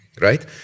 right